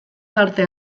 parte